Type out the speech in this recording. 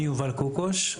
אני יובל קוקוש,